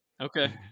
Okay